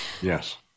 Yes